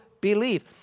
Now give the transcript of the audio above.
believe